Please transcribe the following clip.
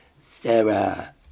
Sarah